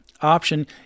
option